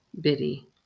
Biddy